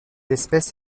espèce